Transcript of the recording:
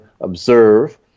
observe